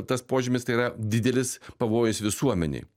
tas požymis tai yra didelis pavojus visuomenei